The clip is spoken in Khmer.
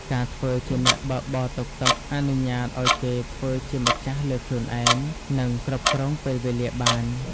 ការធ្វើជាអ្នកបើកបរតុកតុក អនុញ្ញាតឱ្យគេធ្វើជាម្ចាស់លើខ្លួនឯង និងគ្រប់គ្រងពេលវេលាបាន។